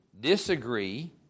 disagree